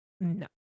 no